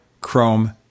Chrome